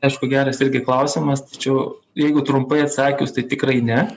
aišku geras irgi klausimas tačiau jeigu trumpai atsakius tai tikrai ne